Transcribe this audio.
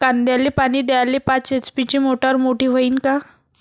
कांद्याले पानी द्याले पाच एच.पी ची मोटार मोटी व्हईन का?